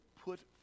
put